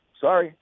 sorry